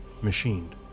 machined